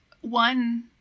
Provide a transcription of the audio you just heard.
one